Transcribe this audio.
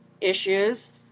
issues